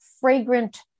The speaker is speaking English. fragrant